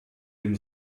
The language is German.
dem